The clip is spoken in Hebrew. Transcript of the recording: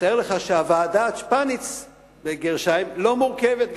ותתאר לך שוועדת-שפניץ לא מורכבת.